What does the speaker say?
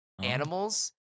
animals